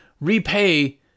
repay